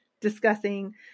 discussing